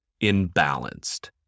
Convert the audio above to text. imbalanced